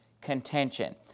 contention